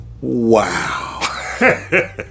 wow